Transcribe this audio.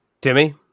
Timmy